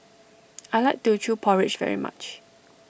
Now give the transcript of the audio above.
I like Teochew Porridge very much